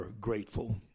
grateful